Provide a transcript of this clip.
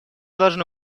должны